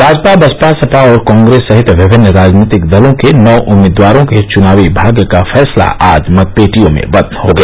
भाजपा बसपा सपा और कांप्रेस सहित विभिन्न राजनीतिक दलों के नौ उम्मीदवार के चुनावी भाग्य का फैसला आज मतपेटियों में बंद हो गया